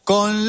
Con